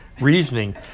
reasoning